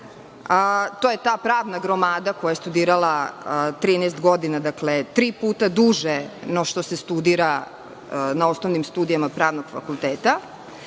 To je ta pravna gromada koja je studirala 13 godina, dakle tri puta duže no što se studira na osnovnim studijama pravnih fakulteta,